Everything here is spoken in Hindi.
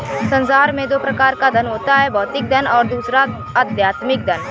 संसार में दो प्रकार का धन होता है भौतिक धन और दूसरा आध्यात्मिक धन